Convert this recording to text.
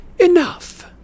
Enough